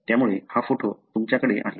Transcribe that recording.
त्यामुळे हा फोटो तुमच्याकडे आहे